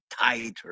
tighter